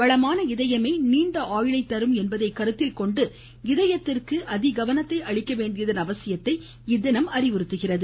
வளமான இதயமே நீண்ட ஆயுளைத் தரும் என்பதை கருத்தில்கொண்டு இதயத்திற்கு கவனத்தை அளிக்கவேண்டியதன் அவசியத்தை இத்தினம் அறிவுறுத்துகிறது